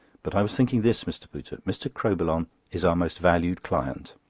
but i was thinking this, mr. pooter. mr. crowbillon is our most valued client,